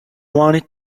wanted